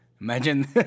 Imagine